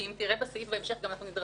כי אם תראה את הסעיף בהמשך אנחנו גם נדרשים